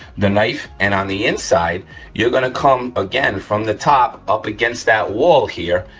the knife, and on the inside you're gonna come again from the top up against that wall here,